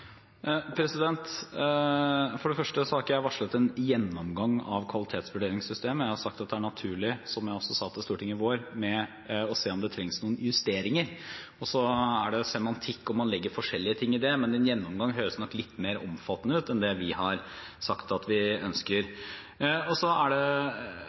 For det første har ikke jeg varslet en gjennomgang av kvalitetsvurderingssystemet; jeg har sagt at det er naturlig – som jeg også sa til Stortinget i vår – å se om det trengs noen justeringer. Og så er det semantikk og at man legger forskjellige ting i det, men en gjennomgang høres nok litt mer omfattende ut enn det vi har sagt at vi ønsker. Utgangspunktet for fagfornyelsen er